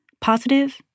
positive